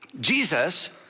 Jesus